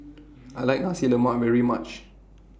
I like Nasi Lemak very much